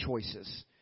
choices